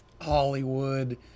Hollywood